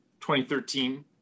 2013